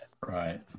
Right